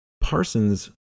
Parsons